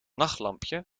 nachtlampje